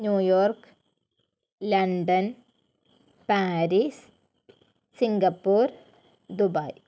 New York London Paris Singapore Dubai